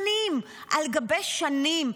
שנים על גבי שנים,